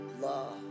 love